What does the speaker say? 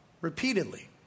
repeatedly